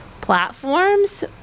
platforms